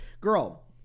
Girl